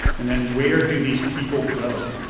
and then where do these people go?